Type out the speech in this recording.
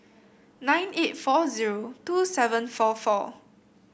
nine eight four zero two seven four four